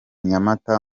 nyamata